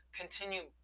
continue